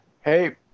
hey